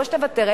לא שתוותר,